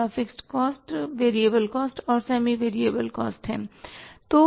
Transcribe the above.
पहला fixed cost variable cost और semi variable cost है